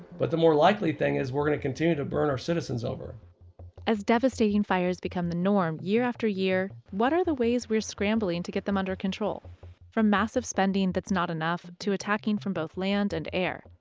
but the more likely thing is we're going to continue to burn our citizens over as devastating fires become the norm year after year. what are the ways we're scrambling to get them under control from massive spending? that's not enough to attacking from both land and air.